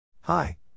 Hi